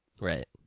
Right